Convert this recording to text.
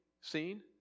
Seen